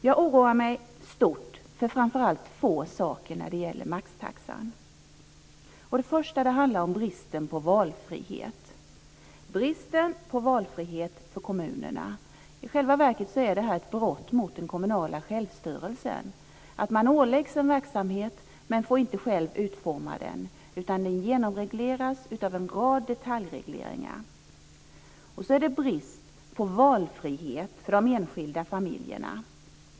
Jag oroar mig stort för framför allt två saker när det gäller maxtaxan. Det första handlar om bristen på valfrihet för kommunerna. I själva verket är detta ett brott mot den kommunala självstyrelsen. Man åläggs en verksamhet men får inte själv utforma den, utan den genomregleras av en rad detaljregleringar. Det är också en brist på valfrihet för de enskilda familjerna.